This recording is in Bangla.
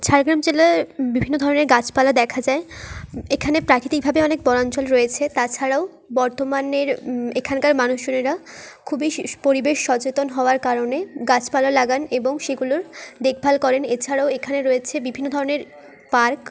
ঝাড়গ্রাম জেলায় বিভিন্ন ধরণের গাছপালা দেখা যায় এখানে প্রাকৃতিকভাবে অনেক বনাঞ্চল রয়েছে তাছাড়াও বর্ধমানের এখানকার মানুষজনেরা খুবই পরিবেশ সচেতন হওয়ার কারণে গাছপালা লাগান এবং সেগুলোর দেখভাল করেন এবং এছাড়াও এখানে রয়েছে বিভিন্ন ধরণের পার্ক